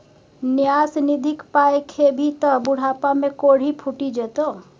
न्यास निधिक पाय खेभी त बुढ़ापामे कोढ़ि फुटि जेतौ